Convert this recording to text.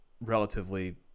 relatively